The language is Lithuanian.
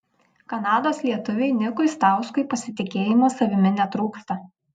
kanados lietuviui nikui stauskui pasitikėjimo savimi netrūksta